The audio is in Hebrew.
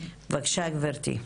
בבקשה גברתי.